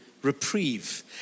reprieve